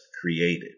created